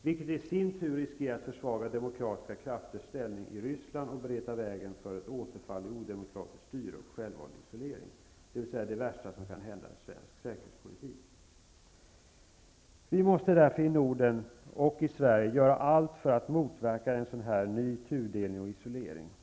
Detta riskerar i sin tur att försvaga demokratiska krafters ställning i Ryssland och bereda vägen för ett återfall i odemokratiskt styre och självvald isolering, dvs. det värsta som kan hända svensk säkerhetspolitik. Vi måste i Sverige och Norden göra allt för att motverka en tudelning av Europa och en isolering av Ryssland.